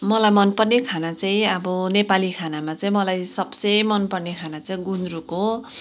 मलाई मनपर्ने खाना चाहिँ अब नेपाली खानामा चाहिँ मलाई सबसे मनपर्ने खाना चाहिँ गुन्द्रुक हो